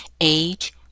age